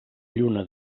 lluna